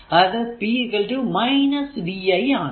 അതായതു p v i ആണ്